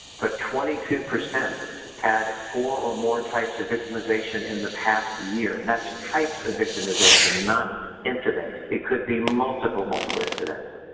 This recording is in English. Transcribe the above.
but twenty two percent had four or more types of victimization in the past year and that's types of victimization, not incidents. it could be multiple, multiple incidents.